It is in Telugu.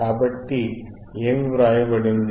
కాబట్టి ఏమి వ్రాయబడింది